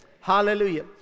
Hallelujah